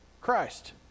Christ